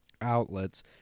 outlets